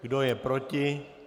Kdo je proti?